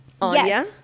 Anya